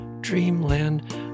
dreamland